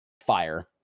fire